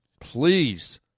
Please